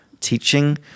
teaching